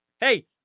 Hey